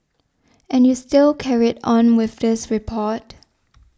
and you still carried on with this report